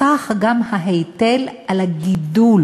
כך גם ההיטל על הגידול,